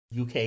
UK